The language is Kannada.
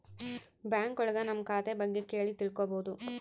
ಬ್ಯಾಂಕ್ ಒಳಗ ನಮ್ ಖಾತೆ ಬಗ್ಗೆ ಕೇಳಿ ತಿಳ್ಕೋಬೋದು